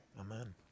Amen